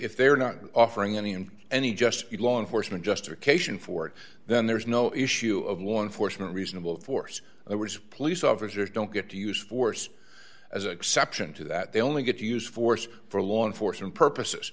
if they're not offering any and any just law enforcement justification for it then there is no issue of law enforcement reasonable force there was police officers don't get to use force as exception to that they only get to use force for law enforcement purposes